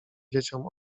dzieciom